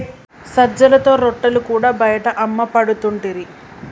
సజ్జలతో రొట్టెలు కూడా బయట అమ్మపడుతుంటిరి